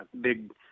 big